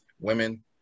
Women